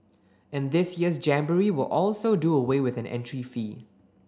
and this year's jamboree will also do away with an entry fee